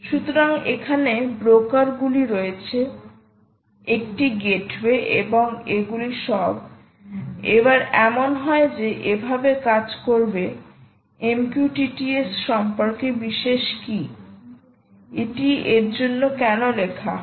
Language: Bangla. সুতরাং এখানে ব্রোকার গুলি রয়েছে একটি গেটওয়ে এবং এগুলি সব এবার এমন নয় যে এভাবে কাজ করবে MQTT S সম্পর্কে বিশেষ কী এটি এর জন্য কেন লেখা হয়